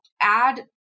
add